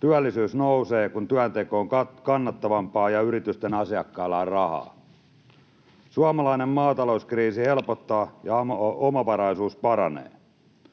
Työllisyys nousee, kun työnteko on kannattavampaa ja yritysten asiakkailla on rahaa. Suomalainen maatalouskriisi helpottaa, ja omavaraisuus paranee.